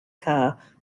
car